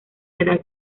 edad